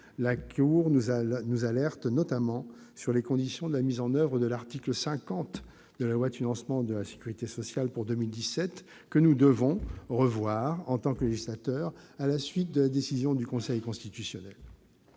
la Cour nous alerte notamment sur les conditions de la mise en oeuvre de l'article 50 de la loi de financement de la sécurité sociale pour 2017 que nous devons revoir en tant que législateurs à la suite d'une décision du Conseil constitutionnel.